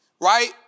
right